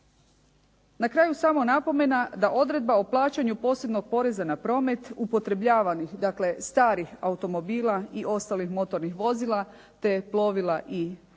Na kraju samo napomena da odredba o plaćanju posebnog poreza na promet upotrebljavanih, dakle starih automobila i ostalih motornih vozila te plovila i